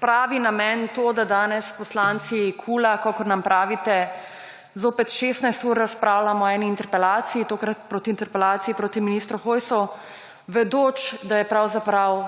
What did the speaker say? pravi namen to, da danes poslanci KUL, kakor nam pravite, zopet 16 ur razpravljamo o eni interpelaciji, tokrat o interpelaciji proti ministru Hojsu, vedoč, da je pravzaprav